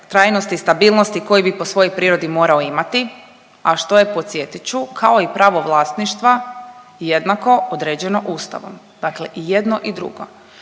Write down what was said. trajnosti i stabilnosti koji bi po svojoj prirodi morao imati, a što je podsjetit ću, kao i pravo vlasništva jednako određeno Ustavom, dakle i jedno i drugo.